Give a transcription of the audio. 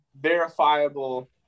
verifiable